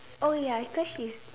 oh ya cause she's